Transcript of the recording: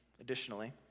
additionally